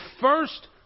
first